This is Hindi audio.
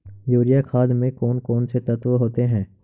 यूरिया खाद में कौन कौन से तत्व होते हैं?